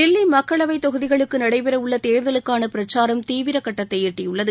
தில்லி மக்களவை தொகுதிகளுக்கு நடைபெற உள்ள தேர்தலுக்கான பிரச்சாரம் தீவிர கட்டத்தை எட்டியுள்ளது